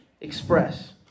express